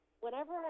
Whenever